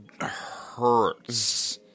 hurts